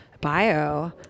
Bio